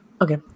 Okay